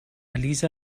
lisa